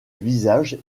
visage